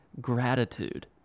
Gratitude